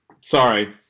Sorry